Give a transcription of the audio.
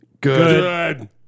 good